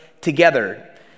together